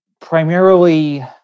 primarily